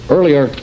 Earlier